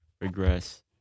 Regress